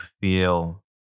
feel